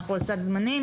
אנחנו על סד זמנים.